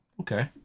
okay